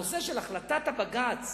הנושא של החלטת בג"ץ